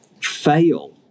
fail